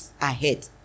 ahead